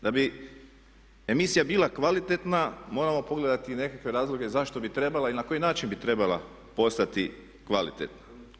Da bi emisija bila kvalitetna moramo pogledati i nekakve razloge zašto bi trebala i na koji način bi trebala postati kvalitetna.